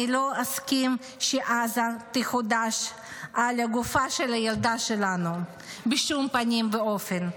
אני לא אסכים שעזה תחודש על הגופה של הילדה שלנו בשום פנים ואופן.